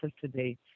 today